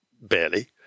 barely